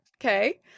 okay